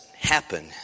Happen